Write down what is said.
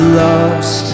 lost